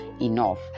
enough